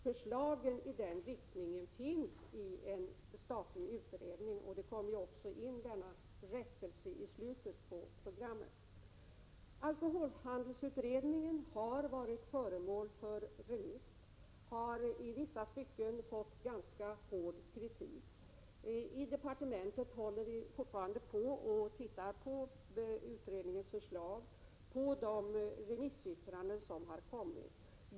Förslag i nämnda riktning finns dock i en statlig utredning. I slutet av programmet kom min rättelse in. Alkoholhandelsutredningen har varit föremål för remiss och har i vissa stycken fått ganska hård kritik. I departementet håller vi fortfarande på med att titta på utredningens förslag och de remissyttranden som inkommit.